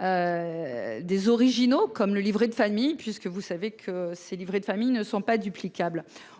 Des originaux, comme le livret de famille puisque vous savez que ces livrets de famille ne sont pas duplicable